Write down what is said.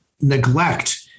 neglect